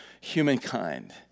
humankind